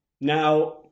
Now